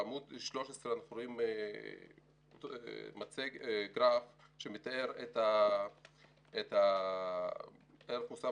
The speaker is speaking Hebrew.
בעמוד 13 אנחנו רואים גרף שמתאר את ערך המוסף